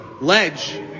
ledge